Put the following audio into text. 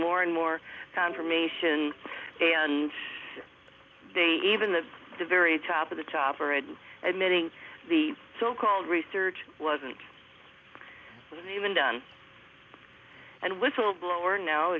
more and more confirmation and they even the very top of the chopper and admitting the so called research wasn't even done and whistleblower no